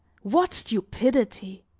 what stupidity!